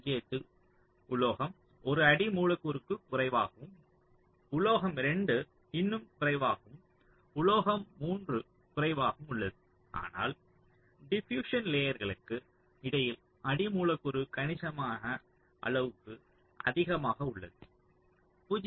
058 உலோகம் 1 அடி மூலக்கூறுக்கு குறைவாகவும் உலோகம் 2 இன்னும் குறைவாகவும் உலோகம் 3 குறைவாகவும் உள்ளது ஆனால் டிபியுஸ்சன் லேயர்களுக்கு இடையில் அடி மூலக்கூறுக்கு கணிசமான அளவுக்கு அதிகமாக உள்ளது 0